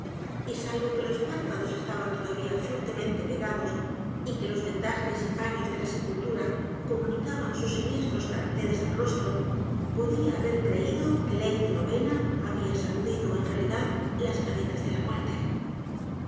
y salvo que los p á r p a d o s estaban todavía fuertemente pegados y que los vendajes y paños de la sepultura comunicaban sus siniestros caracteres al rostro podía haber creído que lady rowena había sacudido en realidad las cadenas de la m